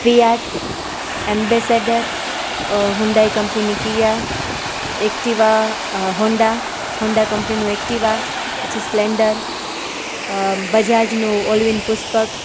Fiat Ambassador Hyundai કંપનીની Kia Activa Honda Honda કંપનીનું Activa પછી સપ્લેનડર બજાજનું ઓલવિંન પુષ્પક